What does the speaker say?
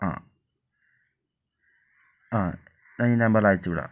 ആ ആ ഞാൻ ഈ നമ്പറിൽ അയച്ചു വിടാം